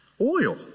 oil